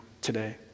today